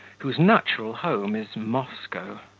whose natural home is moscow.